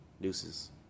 Deuces